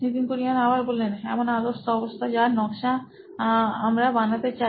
Nitin Kurien C O O নোইন electronics এমন আদর্শ অবস্থা যার নকশা আমরা বানাতে চাই